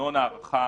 ממנגנון הארכה